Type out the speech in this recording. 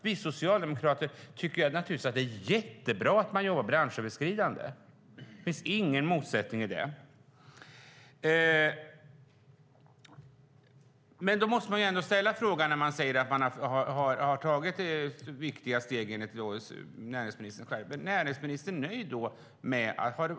Vi socialdemokrater tycker naturligtvis att det är jättebra att man jobbar branschöverskridande. Det finns ingen motsättning i det. Men när näringsministern säger att viktiga steg har tagits måste jag fråga: Är näringsministern nöjd?